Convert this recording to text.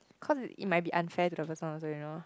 cause it might unfair to the person also you know